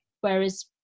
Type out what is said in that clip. Whereas